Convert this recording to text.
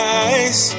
eyes